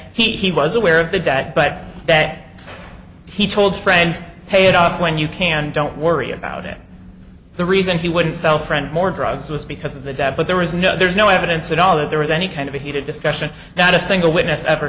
that he was aware of the dad but that he told friends paid off when you can don't worry about it the reason he wouldn't sell friend more drugs was because of the dad but there is no there's no evidence at all that there was any kind of a heated discussion not a single witness ever